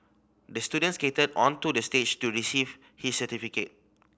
the student skated onto the stage to receive his certificate